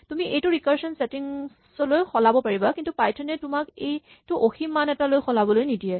তুমি এইটো recursion settings লৈ গৈ সলাব পাৰিবা কিন্তু পাইথন এ তোমাক এইটো অসীম মান এটালৈ সলাবলৈ নিদিয়ে